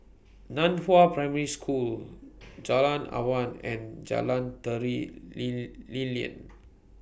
NAN Hua Primary School Jalan Awan and Jalan Tari Lee Lilin